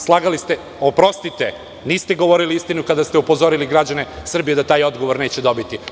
Slagali ste, oprostite, niste govorili istinu kada ste upozorili građane Srbije da taj odgovor neće dobiti.